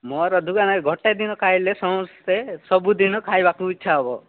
ମୋର ଦୋକାନରେ ଗୋଟେ ଦିନ ଖାଇଲେ ସମସ୍ତେ ସବୁଦିନ ଖାଇବାକୁ ଇଚ୍ଛା ହବ